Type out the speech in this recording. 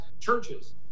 churches